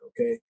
okay